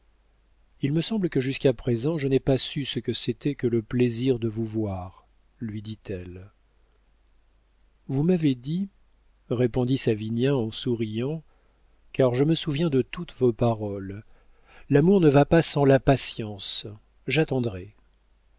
il me semble que jusqu'à présent je n'ai pas su ce que c'était que le plaisir de vous voir lui dit-elle vous m'avez dit répondit savinien en souriant car je me souviens de toutes vos paroles l'amour ne va pas sans la patience j'attendrai